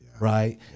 right